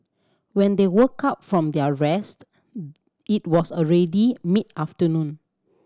when they woke up from their rest it was already mid afternoon